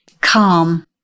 calm